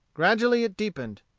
gradually it deepened.